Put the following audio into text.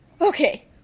okay